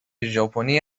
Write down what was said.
ژاپنی